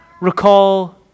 recall